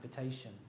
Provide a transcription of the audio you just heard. invitation